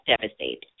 devastated